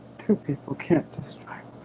two people can't just